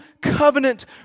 covenant